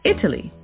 Italy